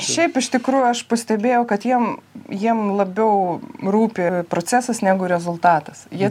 šiaip iš tikrųjų aš pastebėjau kad jiem jiem labiau rūpi procesas negu rezultatas jie